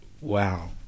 Wow